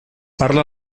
parla